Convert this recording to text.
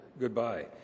goodbye